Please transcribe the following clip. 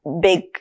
big